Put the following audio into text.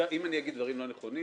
אם אני אגיד דברים לא נכונים,